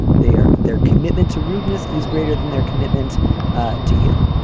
they are their commitment to rudeness is greater than their commitment ah to you.